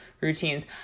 routines